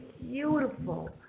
beautiful